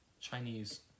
chinese